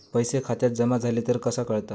पैसे खात्यात जमा झाले तर कसा कळता?